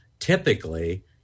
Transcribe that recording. Typically